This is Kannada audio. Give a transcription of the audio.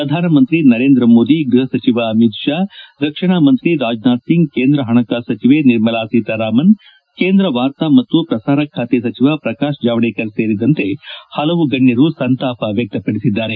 ಪ್ರಧಾನಮಂತ್ರಿ ನರೇಂದ್ರ ಮೋದಿ ಗೃಹ ಸಚಿವ ಅಮಿತ್ ಶಾ ರಕ್ಷಣಾ ಮಂತ್ರಿ ರಾಜನಾಥ್ ಸಿಂಗ್ ಕೇಂದ್ರ ಹಣಕಾಸು ಸಚಿವೆ ನಿರ್ಮಲಾ ಸೀತಾರಾಮನ್ ಕೇಂದ್ರ ವಾರ್ತಾ ಮತ್ತು ಪ್ರಸಾರ ಖಾತೆ ಸಚಿವ ಪ್ರಕಾಶ್ ಜಾವಡೇಕರ್ ಸೇರಿದಂತೆ ಪಲವು ಗಣ್ನರು ಸಂತಾಪ ವ್ಯಕ್ಷಪಡಿಸಿದ್ದಾರೆ